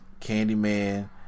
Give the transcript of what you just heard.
Candyman